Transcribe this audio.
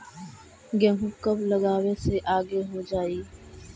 गेहूं कब लगावे से आगे हो जाई?